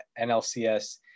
nlcs